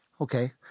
Okay